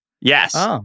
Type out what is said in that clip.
Yes